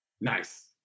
Nice